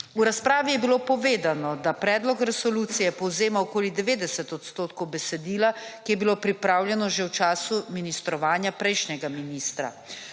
V razpravi je bilo povedano, da predlog resolucije povzema okoli 90 odstotkov besedila, ki je bilo pripravljeno že v času ministrovanje prejšnjega ministra.